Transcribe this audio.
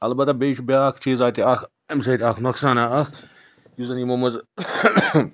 البتہ بیٚیہِ چھُ بیٛاکھ چیٖزاہ تہِ اَکھ اَمہِ سۭتۍ اَکھ نۄقصانہ اَکھ یُس زَن یِمو منٛز